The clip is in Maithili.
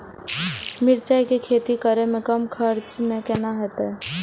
मिरचाय के खेती करे में कम खर्चा में केना होते?